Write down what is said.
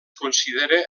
considera